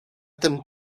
tym